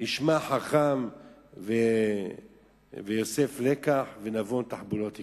ישמע חכם ויוסף לקח ונבון תחבולות יקנה.